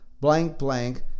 blank-blank